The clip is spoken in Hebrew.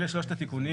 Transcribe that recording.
אלה שלושת התיקונים.